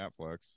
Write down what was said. Netflix